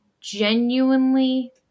genuinely